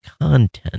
content